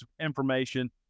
information